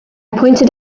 pointed